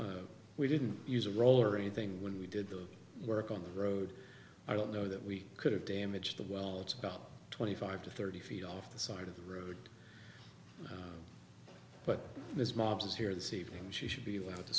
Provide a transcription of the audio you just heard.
we didn't use a roll or anything when we did the work on the road i don't know that we could have damaged the well it's about twenty five to thirty feet off the side of the road but this mob's here this evening she should be able to